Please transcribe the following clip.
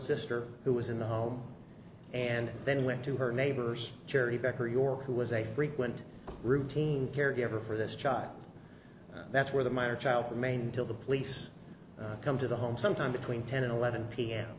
sister who was in the home and then went to her neighbor's cherry becker york who was a frequent routine caregiver for this child that's where the minor child remain till the police come to the home sometime between ten and eleven p